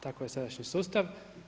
Takav je sadašnji sustav.